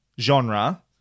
genre –